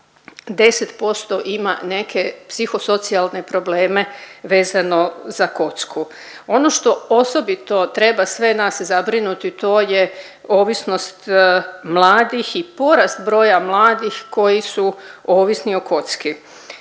10% ima neke psihosocijalne probleme vezano za kocku. Ono što osobito treba sve nas zabrinuti to je ovisnost mladih i porast broja mladih koji su ovisni o kocki.